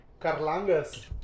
Carlangas